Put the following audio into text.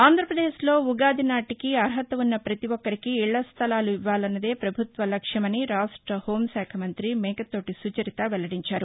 ఆంధ్రప్రదేశ్లో ఉగాది నాటికి అర్హత ఉన్న ప్రతి ఒక్కరికీ ఇళ్ళ స్టలాలు ఇవ్వాలన్నదే పభుత్వ లక్ష్యమని రాష్ట హోంశాఖ మంత్రి మేకతోటి సుచరిత వెల్లడించారు